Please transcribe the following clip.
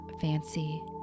fancy